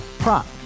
Prop